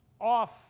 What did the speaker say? off